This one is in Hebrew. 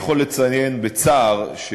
אני יכול לציין בצער,